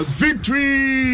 victory